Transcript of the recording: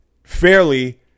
Fairly